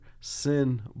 sin